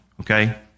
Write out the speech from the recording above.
Okay